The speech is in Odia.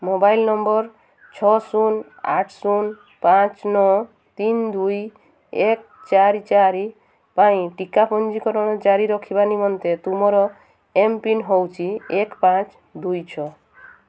ମୋବାଇଲ୍ ନମ୍ବର୍ ଛଅ ଶୂନ ଆଠ ଶୂନ ପାଞ୍ଚ ନଅ ତିନି ଦୁଇ ଏକ ଚାରି ଚାରି ପାଇଁ ଟିକା ପଞ୍ଜୀକରଣ ଜାରି ରଖିବା ନିମନ୍ତେ ତୁମର ଏମ୍ପିନ୍ ହେଉଛି ଏକ ପାଞ୍ଚ ଦୁଇ ଛଅ